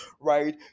right